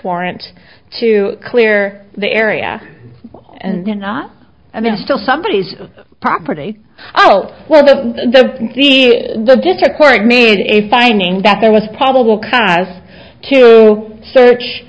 warrant to clear the area and they're not and they're still somebody's property oh well the the the the district court made a finding that there was probable cause to search